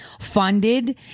funded